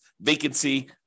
vacancy